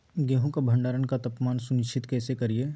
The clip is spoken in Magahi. गेहूं का भंडारण का तापमान सुनिश्चित कैसे करिये?